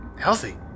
healthy